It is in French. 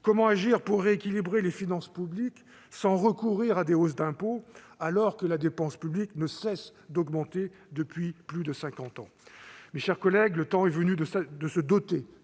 Comment agir pour rééquilibrer les finances publiques sans recourir à des hausses d'impôts, alors que la dépense publique ne cesse d'augmenter depuis plus de cinquante ans ? Mes chers collègues, le temps est venu de se doter